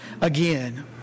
again